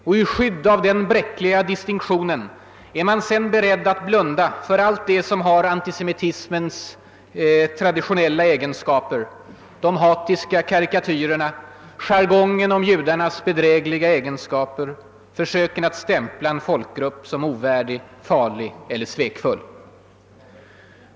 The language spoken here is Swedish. Och i skydd av denna bräckliga distinktion är man sedan beredd att blunda för allt det som har antisemitismens traditionella egenskaper: de hatiska karikatyrerna, jargongen om judarnas bedrägliga egenskaper, försöken att stämpla en folkgrupp som ovärdig, farlig eller svekfull.